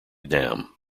dam